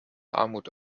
armut